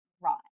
right